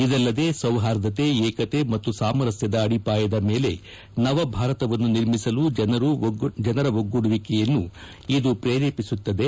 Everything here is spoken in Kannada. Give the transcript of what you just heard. ಇದಲ್ಲದೆ ಸೌಹಾರ್ದತೆ ಏಕತೆ ಮತ್ತು ಸಾಮರಸ್ಥದ ಅಡಿಪಾಯದ ಮೇಲೆ ನವ ಭಾರತವನ್ನು ನಿರ್ಮಿಸಲು ಜನರು ಒಗ್ಗೂಡುವಿಕೆಯನ್ನು ಇದು ಪ್ರೇರೇಪಿಸುತ್ತದೆ